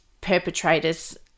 perpetrators